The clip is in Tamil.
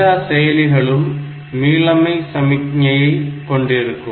எல்லா செயலிகளும் மீளமை சமிக்ஞையை கொண்டிருக்கும்